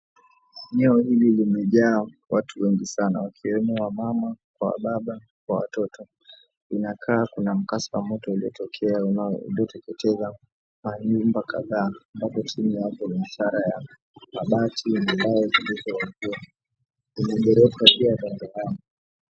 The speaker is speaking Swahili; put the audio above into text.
Eneo hili limejaa watu wengi sana wakiwemo wamama, kwa wababa, kwa watoto inakaa kuna mkasa wa moto uliotokea ulioteketeza majumba kadhaa ambapo chini yake ni biashara ya mabati yaliwekewa mbao kwenye gorofa pia kando yake.